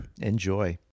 Enjoy